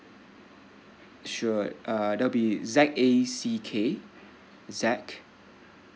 sure uh that'll be Z A C K zack